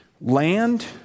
Land